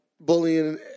bullying –